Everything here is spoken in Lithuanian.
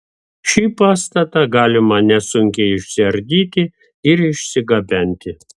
šį pastatą galima nesunkiai išsiardyti ir išsigabenti